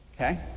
okay